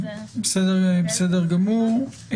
בסדר גמור.